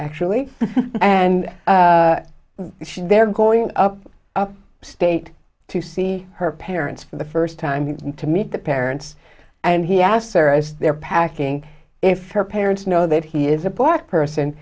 actually and they're going up up state to see her parents for the first time you want to meet the parents and he asked her as they're packing if her parents know that he is a black person